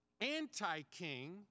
anti-king